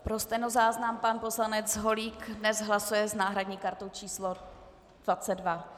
Pro stenozáznam pan poslanec Holík dnes hlasuje s náhradní kartou číslo 22.